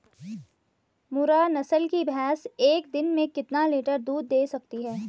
मुर्रा नस्ल की भैंस एक दिन में कितना लीटर दूध दें सकती है?